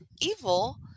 evil